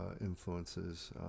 influences